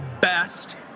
best—